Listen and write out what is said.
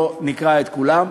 לא נקרא את כולם.